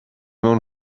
mewn